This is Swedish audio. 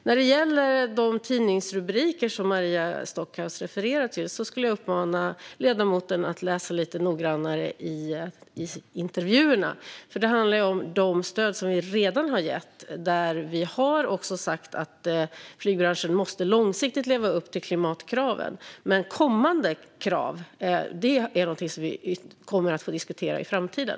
När det gäller de tidningsrubriker som Maria Stockhaus refererar till skulle jag vilja uppmana ledamoten att läsa intervjuerna lite noggrannare. Det handlar om de stöd som vi redan har gett, där vi också har sagt att flygbranschen långsiktigt måste leva upp till klimatkraven. Men kommande krav är något vi kommer att få diskutera i framtiden.